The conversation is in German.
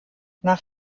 nach